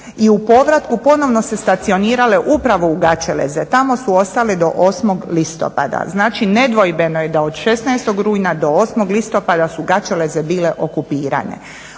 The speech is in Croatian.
i u povratku ponovno se stacionirale upravo u Gaćeleze, tamo su ostale do 8. listopada. Znači nedvojbeno je da od 16. rujna do 8. listopada su Gaćeleze bile okupirane.